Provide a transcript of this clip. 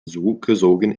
zurückgezogen